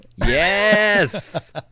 Yes